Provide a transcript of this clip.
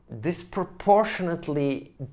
disproportionately